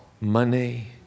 money